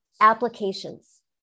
applications